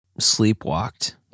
sleepwalked